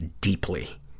deeply